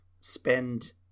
spend